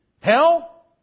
hell